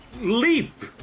leap